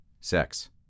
sex